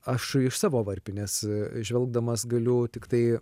aš iš savo varpinės žvelgdamas galiu tiktai